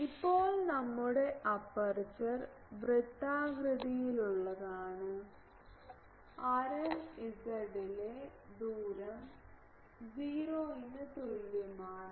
ഇപ്പോൾ നമ്മുടെ അപ്പർച്ചർ വൃത്താകൃതിയിലുള്ളതാണ് ആരം z ലെ ദൂരം 0 തലം തുല്യമാണ്